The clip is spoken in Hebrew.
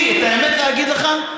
דודי, את האמת להגיד לך?